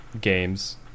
games